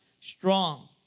strong